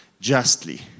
justly